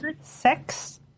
sex